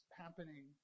happening